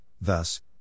thus